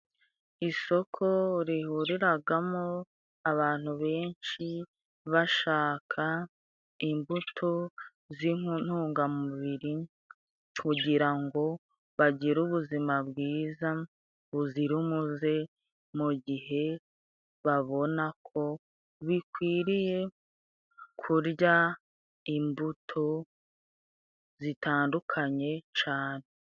Isoko rihuriragamo abantu benshi, bashaka imbuto z'inintungamubiri, kugira ngo bagire ubuzima bwiza buzira umuze, mu gihe babona ko bikwiriye kurya imbuto zitandukanye cane.